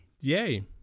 Yay